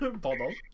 Pardon